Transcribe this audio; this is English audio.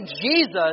Jesus